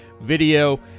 video